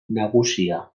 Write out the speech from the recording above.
nagusia